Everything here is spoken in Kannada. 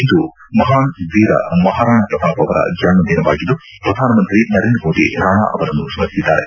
ಇಂದು ಮಹಾನ್ ವೀರ ಮಹಾರಾಣ ಪ್ರತಾಪ್ ಅವರ ಜನ್ಮದಿನವಾಗಿದ್ದು ಪ್ರಧಾನಮಂತ್ರಿ ನರೇಂದ್ರ ಮೋದಿ ರಾಣ ಅವರನ್ನು ಸ್ಕರಿಸಿದ್ದಾರೆ